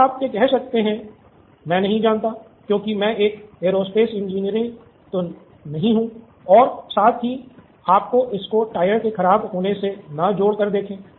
अब आप यह कह सकते हैं कि मैं नहीं जानता क्योंकि मैं एक एयरोस्पेस इंजीनियर नहीं हूं और हो सकता है आप इसको टायर्स के खराब होने से न जोड़ कर देखे